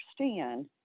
understand